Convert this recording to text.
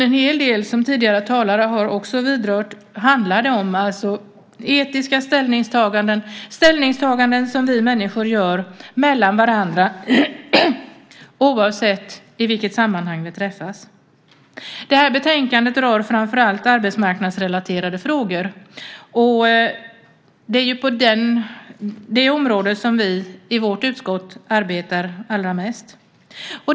En del tidigare talare har vidrört att det handlar om etiska ställningstaganden, det vill säga ställningstaganden som vi människor gör om varandra oavsett i vilket sammanhang vi träffas. Betänkandet rör framför allt arbetsmarknadsrelaterade frågor. Det är på det området som vi i vårt utskott arbetar mest.